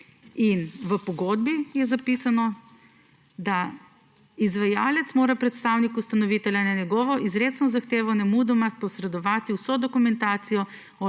V pogodbi je zapisano, da mora izvajalec predstavniku ustanovitelja na njegovo izrecno zahtevo nemudoma posredovati vso dokumentacijo